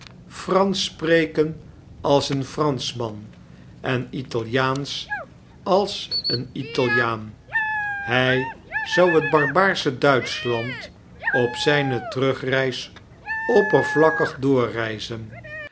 spreken als een y ranschman en italiaansch als een italiaan hy fizou het barbaarsche duitschlandop zijne jfcerugreis oppervlakkig doorreizen